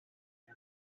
and